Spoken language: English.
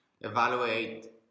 evaluate